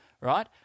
right